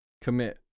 commit